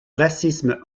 racisme